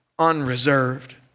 Unreserved